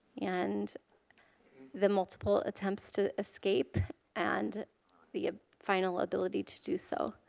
and the multiple attempts to escape and the ah final ability to do so.